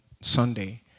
Sunday